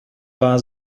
war